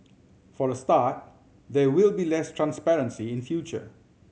for a start there will be less transparency in future